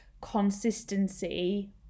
consistency